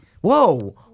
Whoa